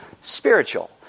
spiritual